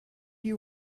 you